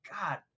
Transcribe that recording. God